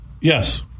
Yes